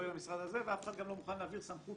יהיה למשרד הזה ואף אחד גם לא מוכן להעביר סמכות